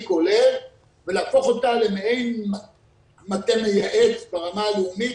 כולל ולהפוך אותה למעין מטה מייעץ ברמה הלאומית.